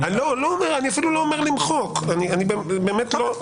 אני לא אומר אפילו למחוק את זה.